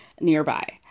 nearby